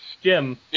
Jim